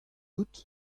out